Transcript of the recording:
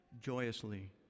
joyously